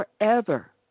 forever